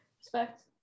Respect